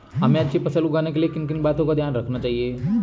हमें अच्छी फसल उगाने में किन किन बातों का ध्यान रखना चाहिए?